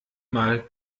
mal